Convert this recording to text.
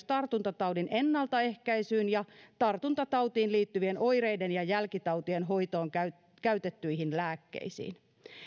tartuntataudin ennaltaehkäisyyn ja tartuntatautiin liittyvien oireiden ja jälkitautien hoitoon käytettyihin lääkkeisiin